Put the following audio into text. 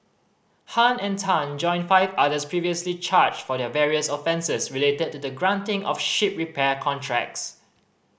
Han and Tan join five others previously charged for the various offences related to the granting of ship repair contracts